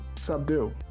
subdue